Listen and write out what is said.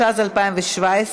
התשע"ז 2017,